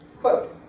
quote,